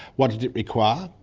what did it require?